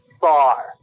far